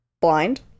Blind